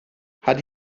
hat